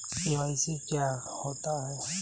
KYC क्या होता है?